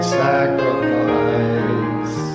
sacrifice